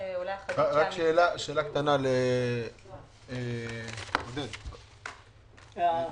שאלה קטנה לעודד שפירר.